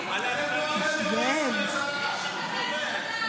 זה הסעיף הכי קצר.